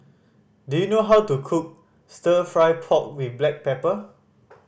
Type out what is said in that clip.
do you know how to cook Stir Fry pork with black pepper